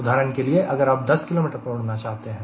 उदाहरण के लिए अगर आप 10 किलोमीटर पर उड़ना चाहते हैं